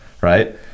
right